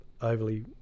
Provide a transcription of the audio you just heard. overly